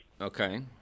Okay